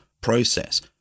process